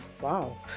Wow